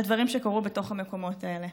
על דברים שקרו בתוך המקומות האלה.